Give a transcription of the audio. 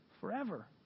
forever